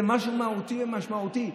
זה משהו מהותי ומשמעותי.